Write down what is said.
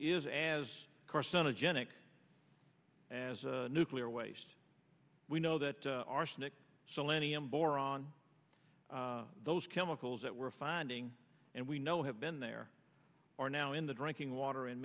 is as carcinogenic as nuclear waste we know that arsenic so lenny i'm boron those chemicals that we're finding and we know have been there are now in the drinking water in